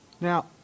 Now